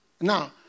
Now